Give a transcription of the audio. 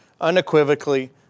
unequivocally